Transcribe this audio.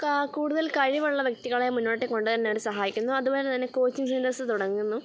കാ കൂടുതൽ കഴിവുള്ള വ്യക്തികളെ മുന്നോട്ട് കൊണ്ടുവരാനായിട്ട് സഹായിക്കുന്നു അതുപോലെതന്നെ കോച്ചിങ് സെൻറ്റേഴ്സ് തുടങ്ങുന്നു